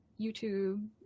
YouTube